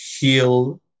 heal